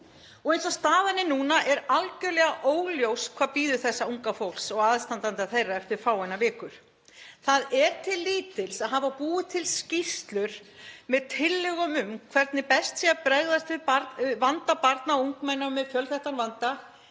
Eins og staðan er núna er algjörlega óljóst hvað bíður þessa unga fólks og aðstandenda þeirra eftir fáeinar vikur. Það er til lítils að hafa búið til skýrslur með tillögum um hvernig best sé að bregðast við vanda barna og ungmenna með fjölþættan vanda,